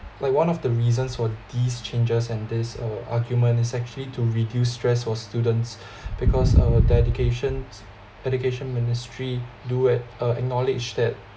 like one of the reasons for these changes and this argument is actually to reduce stress for students because our dedication education ministry do at uh acknowledge that